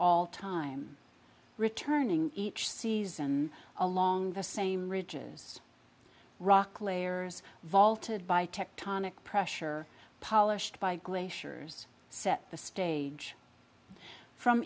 all time returning each season along the same ridges rock layers vaulted by tectonic pressure polished by glaciers set the stage from